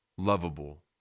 lovable